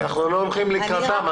אנחנו לא הולכים לקראתם.